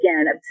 again